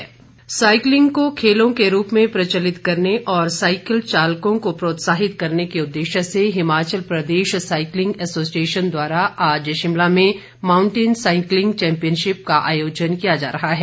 cycle championship cycling को खेलों के रूप में प्रचलित करने और साईकिल चालकों को प्रोत्साहित करने के उद्देश्य से हिमाचल प्रदेश साईकिलिंग एसोसिएशन द्वारा आज शिमला में माउंटेन साईकिलिंग चैम्पयिनशिप का आयोजन किया जा रहा है